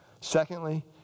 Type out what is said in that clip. Secondly